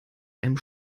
einem